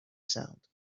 sound